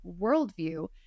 worldview